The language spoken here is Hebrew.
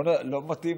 לא מתאים.